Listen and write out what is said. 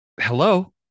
Hello